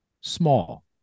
small